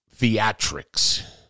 theatrics